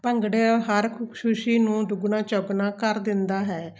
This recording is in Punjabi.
ਭੰਗੜਾ ਹਰ ਇੱਕ ਖੁਸ਼ੀ ਨੂੰ ਦੁੱਗਣਾ ਚੋਗਣਾ ਕਰ ਦਿੰਦਾ ਹੈ